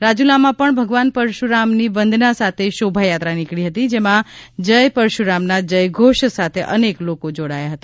રાજૂલામાં પણ ભગવાન પરશુરામની વંદના સાથે શોભાયાત્રા નીકળી હતી જેમાં જય પરશુરામના જયઘોષ સાથે અનેક લોકો જોડાયા હતા